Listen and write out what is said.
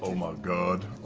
um ah god,